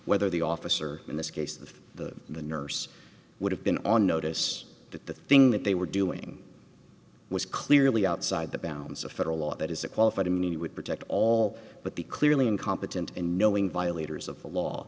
whether the officer in this case the the the nurse would have been on notice that the thing that they were doing was clearly outside the bounds of federal law that is a qualified immunity would protect all but the clearly incompetent unknowing violators of